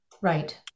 Right